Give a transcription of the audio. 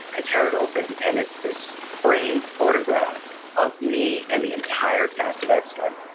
i tear it open, and it's this framed photograph of me and the entire cast of x-men.